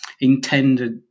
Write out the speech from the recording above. intended